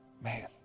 man